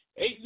Eight